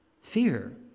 fear